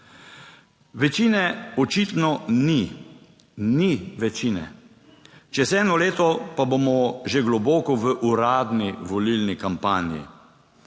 Večine očitno ni, ni večine, čez eno leto pa bomo že globoko v uradni volilni kampanji.